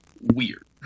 weird